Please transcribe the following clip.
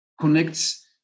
connects